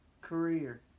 Career